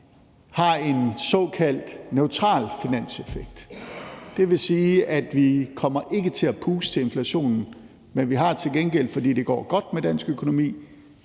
har en såkaldt neutral finanseffekt. Det vil sige, at vi ikke kommer til at puste til inflationen, men vi har til gengæld, fordi det går godt med dansk økonomi,